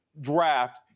draft